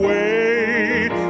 Wait